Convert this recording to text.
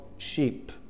sheep